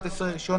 (11)רישיון